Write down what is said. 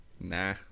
Nah